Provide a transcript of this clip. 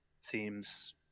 seems